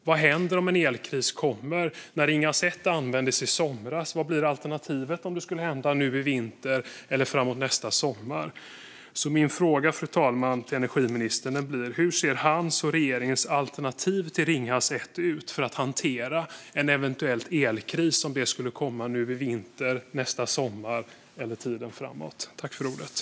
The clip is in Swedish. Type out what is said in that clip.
Vad händer om en elkris uppstår? Ringhals 1 användes i somras. Vad blir alternativet om det skulle hända nu i vinter eller framåt nästa sommar? Min fråga till energiministern är: Hur ser hans och regeringens alternativ till Ringhals 1 ut för att hantera en eventuell elkris om en sådan skulle inträffa nu i vinter, nästa sommar eller framöver?